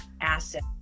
asset